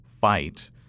fight